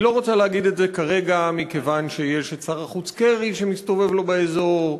היא לא רוצה להגיד את זה כרגע מכיוון ששר החוץ קרי מסתובב לו באזור,